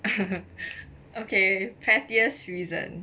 okay pettiest reason